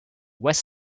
west